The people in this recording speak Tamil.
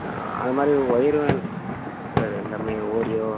அதுமாதிரி ஒயரும் சார் எல்லாமே ஓரியோ